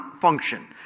function